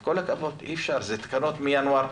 עם כל הכבוד אי אפשר, אלה תקנות מינואר,